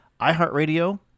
iHeartRadio